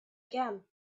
again